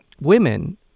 women